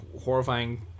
horrifying